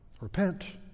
Repent